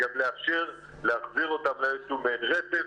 ומצד שני גם לאפשר להחזיר אותם לאיזשהו מעין רצף,